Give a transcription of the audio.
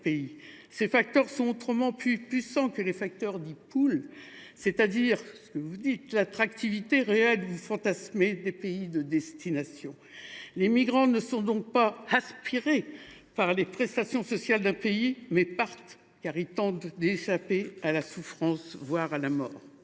Ces facteurs sont autrement plus puissants que les facteurs dits , c’est à dire l’attractivité, réelle ou fantasmée, des pays de destination. Les migrants ne sont donc pas aspirés par les prestations sociales d’un pays : ils partent pour tenter d’échapper à la souffrance, voire à la mort.